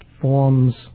forms